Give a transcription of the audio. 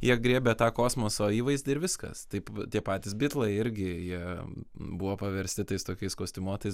jie griebė tą kosmoso įvaizdį ir viskas taip tie patys bitlai irgi jie buvo paversti tais tokiais kostiumuotais